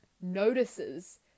notices